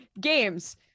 games